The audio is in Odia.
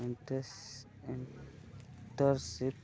ଇଣ୍ଟରନସିପ୍